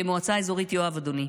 במועצה אזורית יואב, אדוני.